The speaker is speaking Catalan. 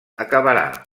acabarà